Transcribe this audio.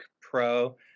Pro